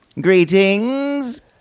Greetings